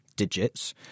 digits